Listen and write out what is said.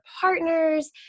partners